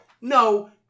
no